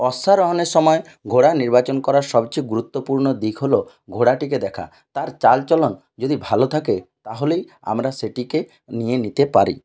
অশ্বারোহণের সময় ঘোড়া নির্বাচন করার সব চেয়ে গুরুত্বপূর্ণ দিক হল ঘোড়াটিকে দেখা তার চালচলন যদি ভালো থাকে তাহলেই আমরা সেটিকে নিয়ে নিতে পারি